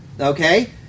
okay